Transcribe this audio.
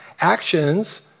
Actions